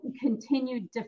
continued